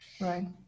Right